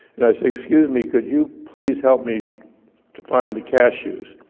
and i said, excuse me, could you please help me to find the cashews?